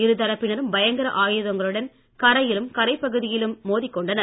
இருதரப்பினரும் பயங்கர ஆயுதங்களுடன் கரையிலும் கரைப் பகுதியிலும் மோதிக் கொண்டனர்